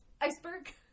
iceberg